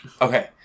Okay